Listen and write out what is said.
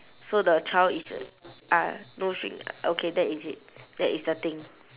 so the child is ah no string okay that is it that is the thing